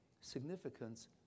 significance